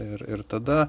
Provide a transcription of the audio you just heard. ir ir tada